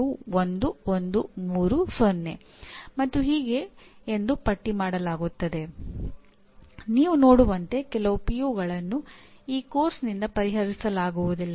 ಅವರು ವಿಶ್ವವಿದ್ಯಾನಿಲಯಕ್ಕೆ ಸಂಯೋಜಿತರಾದಾಗ ಅವರು ವಿಶ್ವವಿದ್ಯಾಲಯವು ಸ್ಥಾಪಿಸಿದ ಕೆಲವು ಮಾರ್ಗಸೂಚಿಗಳನ್ನು ಅನುಸರಿಸಬೇಕಾಗುತ್ತದೆ